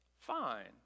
fine